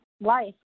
life